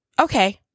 Okay